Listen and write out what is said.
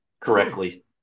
correctly